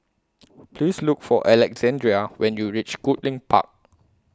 Please Look For Alexandrea when YOU REACH Goodlink Park